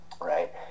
right